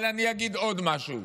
אבל אני אגיד עוד משהו.